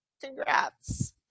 congrats